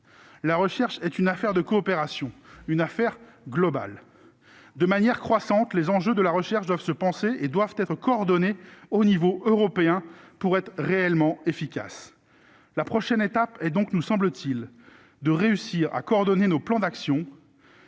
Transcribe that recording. la recherche est une affaire de coopération une affaire globale de manière croissante les enjeux de la recherche doivent se penser et doivent être coordonnées au niveau européen pour être réellement efficace, la prochaine étape, et donc, nous semble-t-il, de réussir à coordonner nos plans d'action